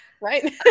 right